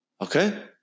Okay